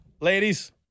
Ladies